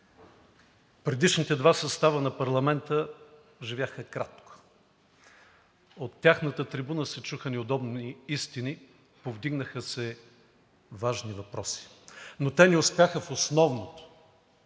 Предишните два състава на парламента живяха кратко. От тяхната трибуна се чуха неудобни истини, повдигнаха се важни въпроси, но те не успяха в основното